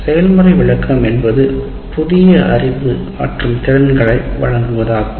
செயல்முறை விளக்கம் என்பது புதிய அறிவு மற்றும் திறன்களை வழங்குவதாகும்